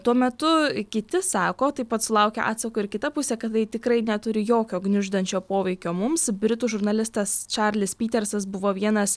tuo metu kiti sako taip pat sulaukia atsako ir kita pusė kad tai tikrai neturi jokio gniuždančio poveikio mums britų žurnalistas čarlis pytersas buvo vienas